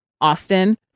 Austin